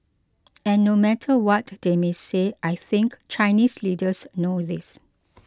and no matter what they may say I think Chinese leaders know this